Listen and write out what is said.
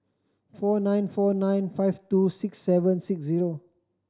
four nine four nine five two six seven six zero